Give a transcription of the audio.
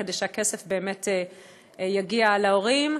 כדי שהכסף באמת יגיע להורים.